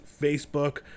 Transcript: Facebook